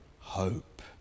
hope